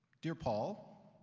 dear paul,